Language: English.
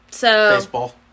Baseball